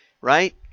right